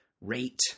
rate